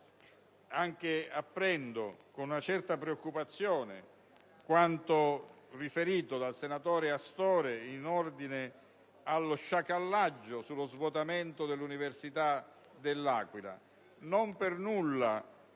anche con una certa preoccupazione quanto riferito dal senatore Astore in ordine allo sciacallaggio e allo svuotamento dell'università dell'Aquila. Non per nulla